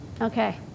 Okay